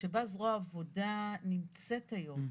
שבה זרוע העבודה נמצאת היום,